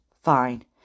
Fine